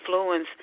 influence